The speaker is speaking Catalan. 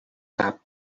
cap